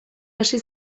hasi